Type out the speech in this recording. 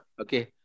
Okay